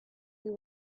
you